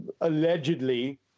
allegedly